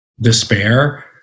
despair